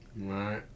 Right